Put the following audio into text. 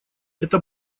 эта